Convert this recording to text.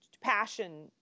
passion